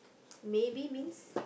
maybe means